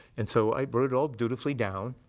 and so, i wrote it all dutifully down.